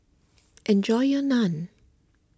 enjoy your Naan